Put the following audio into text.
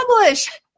publish